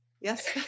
Yes